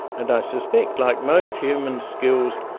and i suspect like most human skills,